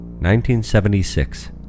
1976